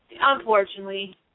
Unfortunately